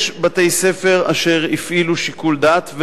יש בתי-ספר שהפעילו שיקול דעת,